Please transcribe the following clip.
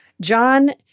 John